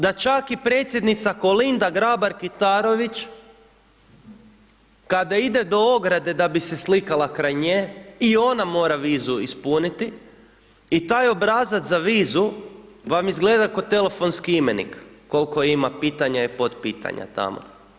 Da čak i predsjednica Kolinda Grabar Kitarović, kada ide do ograde da bi se slikala kraj nje, i ona mora vizu ispuniti i taj obrazac za vizu vam izgleda ko telefonski imenik, koliko ima pitanja i potpitanja tamo.